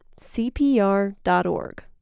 CPR.org